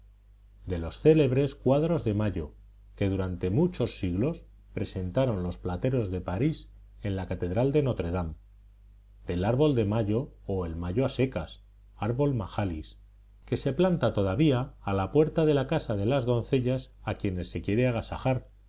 de los célebres cuadros de mayo que durante muchos siglos presentaron los plateros de parís en la catedral de notre dame del árbol de mayo o el mayo a secas árbol majalis que se planta todavía a la puerta de la casa de las doncellas a quienes se quiere agasajar